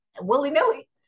willy-nilly